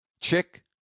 Chick